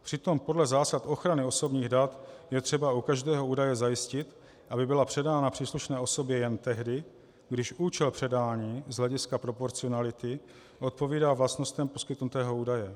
Přitom podle zásad ochrany osobních dat je třeba u každého údaje zajistit, aby byla předána příslušné osobě jen tehdy, když účel předání z hlediska proporcionality odpovídá vlastnostem poskytnutého údaje.